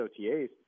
OTAs